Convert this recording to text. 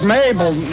Mabel